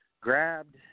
grabbed